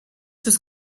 was